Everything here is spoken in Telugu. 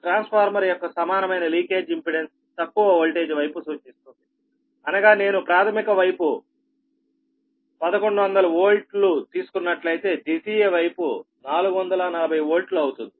ట్రాన్స్ఫార్మర్ యొక్క సమానమైన లీకేజ్ ఇంపెడెన్స్ తక్కువ వోల్టేజ్ వైపు సూచిస్తుంది అనగా నేను ప్రాథమిక వైపు 1100 వోల్ట్ లు తీసుకున్నట్లయితే ద్వితీయ వైపు 440 వోల్ట్ లు అవుతుంది